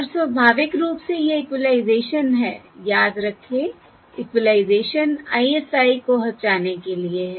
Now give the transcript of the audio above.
और स्वाभाविक रूप से यह इक्विलाइज़ेशन है याद रखें इक्विलाइज़ेशन ISI को हटाने के लिए है